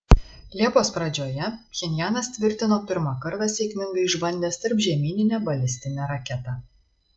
liepos pradžioje pchenjanas tvirtino pirmą kartą sėkmingai išbandęs tarpžemyninę balistinę raketą